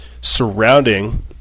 surrounding